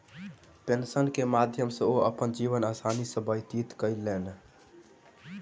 pension के माध्यम सॅ ओ अपन जीवन आसानी सॅ व्यतीत कयलैन